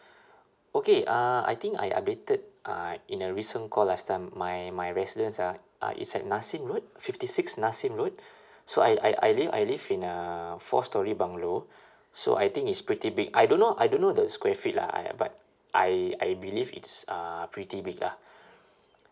okay uh I think I updated uh in a recent call last time my my residence ah uh it's at nassim road fifty six nassim road so I I I live I live in a four storey bungalow so I think it's pretty big I don't know I don't know the square feet lah I but I I believe it's uh pretty big lah